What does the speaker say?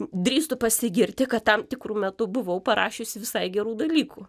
drįstu pasigirti kad tam tikru metu buvau parašiusi visai gerų dalykų